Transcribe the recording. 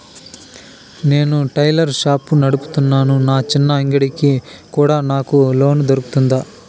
నేను tailor shop నడుపుతున్నాను, నా చిన్న అంగడి కి కూడా నాకు లోను దొరుకుతుందా?